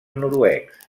noruecs